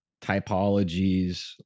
typologies